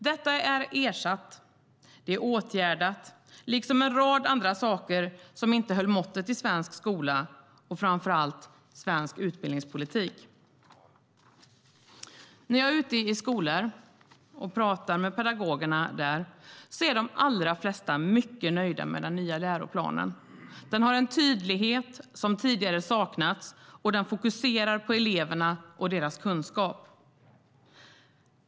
Detta är ersatt och åtgärdat liksom en rad andra saker som inte höll måttet i svensk skola och framför allt i svensk utbildningspolitik. När jag är ute i skolor och pratar med pedagogerna där är de allra flesta mycket nöjda med den nya läroplanen. Den har en tydlighet som tidigare saknats, och den fokuserar på eleverna och deras kunskap.